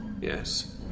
Yes